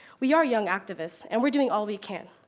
we are young activists, and we're doing all we can.